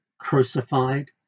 crucified